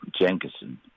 Jenkinson